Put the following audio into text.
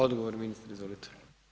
Odgovor ministre, izvolite.